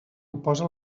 oposa